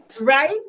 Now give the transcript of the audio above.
right